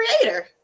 creator